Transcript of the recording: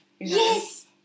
Yes